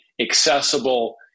accessible